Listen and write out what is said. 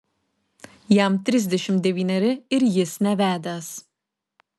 jam trisdešimt devyneri ir jis nevedęs